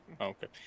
Okay